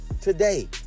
today